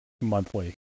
monthly